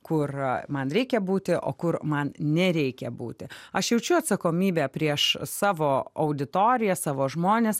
kur man reikia būti o kur man nereikia būti aš jaučiu atsakomybę prieš savo auditoriją savo žmones